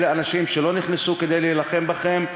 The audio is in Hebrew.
אלה אנשים שלא נכנסו כדי להילחם בכם.